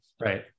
right